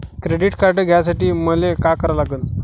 Credit card घ्यासाठी मले का करा लागन?